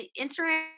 Instagram